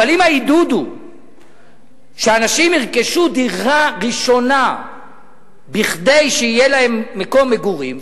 אבל אם העידוד הוא שאנשים ירכשו דירה ראשונה כדי שיהיה להם מקום מגורים,